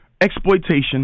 Exploitation